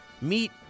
meet